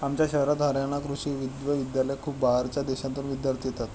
आमच्या शहरात हरयाणा कृषि विश्वविद्यालयात खूप बाहेरच्या देशांतून विद्यार्थी येतात